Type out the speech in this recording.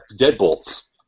deadbolts